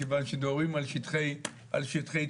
כיוון שמדברים על שטחי ציבור,